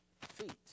feet